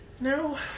No